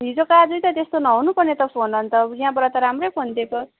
हिजोको आजै त त्यस्तो नहुनुपर्ने त फोन अन्त यहाँबाट त राम्रै फोन दिएको